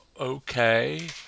okay